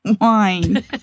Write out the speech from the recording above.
wine